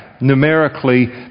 Numerically